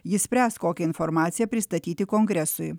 jis spręs kokią informaciją pristatyti kongresui